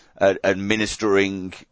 administering